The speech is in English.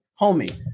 homie